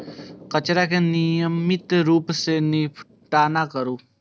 कचरा के नियमित रूप सं निपटान करू